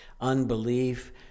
unbelief